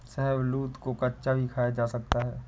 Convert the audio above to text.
शाहबलूत को कच्चा भी खाया जा सकता है